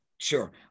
Sure